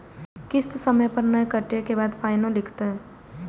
किस्त समय पर नय कटै के बाद फाइनो लिखते?